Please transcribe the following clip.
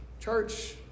church